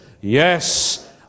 Yes